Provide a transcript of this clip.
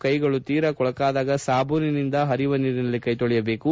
ಕೈಗಳು ತೀರಾ ಕೊಳಕಾದಾಗ ಸಾಬೂನಿನಿಂದ ಪರಿಯುವ ನೀರಿನಲ್ಲಿ ಕೈಕೊಳೆಯಬೇಕು